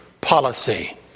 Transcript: policy